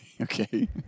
Okay